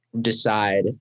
decide